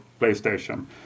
PlayStation